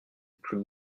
plus